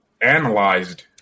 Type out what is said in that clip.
analyzed